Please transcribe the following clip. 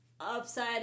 upside